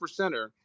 percenter